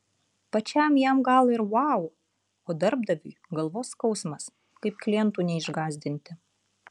pačiam jam gal ir vau o darbdaviui galvos skausmas kaip klientų neišgąsdinti